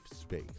space